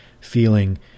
feeling